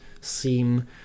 seem